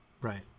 right